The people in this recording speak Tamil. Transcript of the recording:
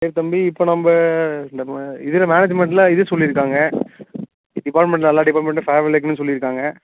இல்லை தம்பி இப்போ நம்ப நம்ம இதில் மேனேஜ்மெண்ட்டில் இது சொல்லிருக்காங்க டிப்பார்ட்மெண்ட் எல்லா டிப்பார்ட்மெண்ட்லையும் ஃபேரவெல் வைக்கணுன்னு சொல்லிருக்காங்க